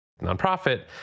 nonprofit